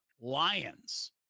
Lions